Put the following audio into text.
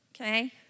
Okay